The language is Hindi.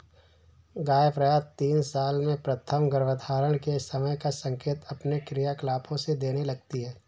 गाय प्रायः तीन साल में प्रथम गर्भधारण के समय का संकेत अपने क्रियाकलापों से देने लगती हैं